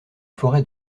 forêts